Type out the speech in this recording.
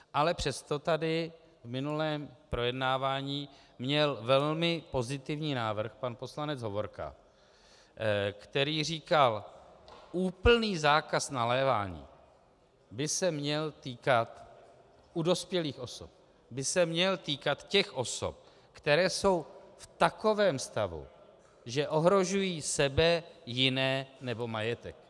Ale přesto tady v minulém projednávání měl velmi pozitivní návrh pan poslanec Hovorka, který říkal: Úplný zákaz nalévání u dospělých osob by se měl týkat těch osob, které jsou v takovém stavu, že ohrožují sebe, jiné nebo majetek.